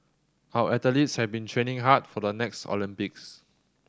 our athletes have been training hard for the next Olympics